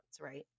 right